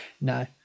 No